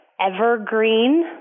Evergreen